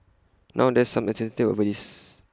now there's some uncertainty over this